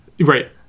Right